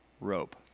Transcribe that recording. rope